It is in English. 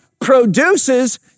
produces